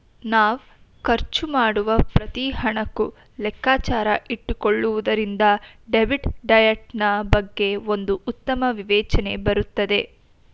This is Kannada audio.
ನಾವ್ ಖರ್ಚು ಮಾಡುವ ಪ್ರತಿ ಹಣಕ್ಕೂ ಲೆಕ್ಕಾಚಾರ ಇಟ್ಟುಕೊಳ್ಳುವುದರಿಂದ ಡೆಬಿಟ್ ಡಯಟ್ ನಾ ಬಗ್ಗೆ ಒಂದು ಉತ್ತಮ ವಿವೇಚನೆ ಬರುತ್ತದೆ